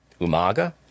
Umaga